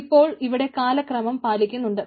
ഇപ്പോൾ ഇവിടെ കാലക്രമം പാലിക്കുന്നുണ്ട്